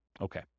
Okay